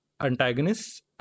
antagonists